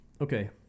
Okay